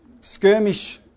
Skirmish